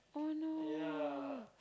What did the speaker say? oh no